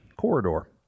corridor